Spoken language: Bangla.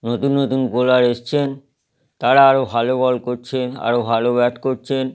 নতুন নতুন বোলার এসেছেন তারা আরও ভালো বল করছেন আরও ভালো ব্যাট করছেন